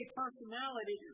personality